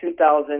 2000